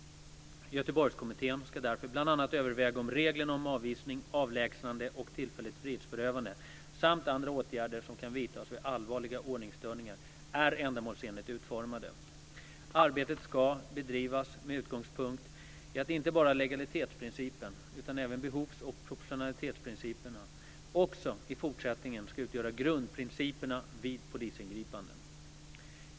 Göteborgskommittén ska därför bl.a. överväga om reglerna om avvisning, avlägsnande och tillfälligt frihetsberövande samt andra åtgärder som kan vidtas vid allvarliga ordningsstörningar är ändamålsenligt utformade. Arbetet ska bedrivas med utgångspunkt i att inte bara legalitetsprincipen utan även behovs och proportionalitetsprinciperna också i fortsättningen ska utgöra grundprinciperna vid polisingripanden.